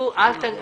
אז עלתה אותה שאלה.